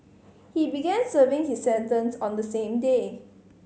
he began serving his sentence on the same day